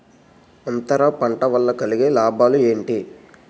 అంతర పంట వల్ల కలిగే లాభాలు ఏంటి